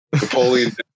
Napoleon